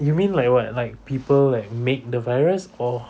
you mean like what like people like make the virus or